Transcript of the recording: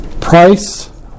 price